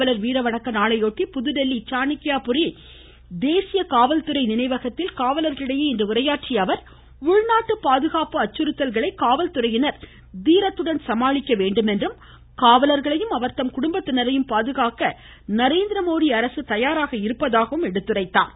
காவலர் வீரவணக்க நாளையொட்டி புதுதில்லி சாணக்யாபுரி தேசிய காவல்துறை நினைவகத்தில் காவலர்களிடையே இன்று உரையாற்றிய அவர் உள்நாட்டு பாதுகாப்பு அச்சுறுத்தல்களை காவல்துறையினா் தீரத்துடன் சமாளிக்க வேண்டும் என்றும் காவலர்களையும் அவர்தம் குடும்பத்தினரையும் பாதுகாக்க நரேந்திரமோடி அரசு தயாராக இருப்பதாகவும் தெரிவித்தார்